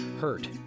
Hurt